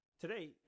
Today